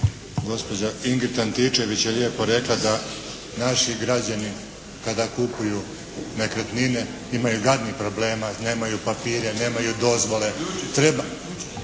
Gospođa Ingrid Antičević je lijepo rekla da naši građani kada kupuju nekretnine imaju gadnih problema, nemaju papire, nemaju dozvole, trebaju